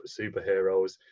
superheroes